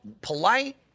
polite